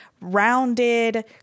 rounded